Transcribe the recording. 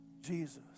Jesus